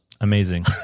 Amazing